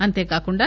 అంతేకాకుండా